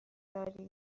داریم